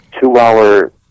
two-hour